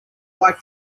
bike